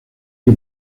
que